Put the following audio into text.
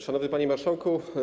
Szanowny Panie Marszałku!